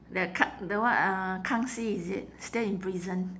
that ka~ the what uh kang xi is it still in prison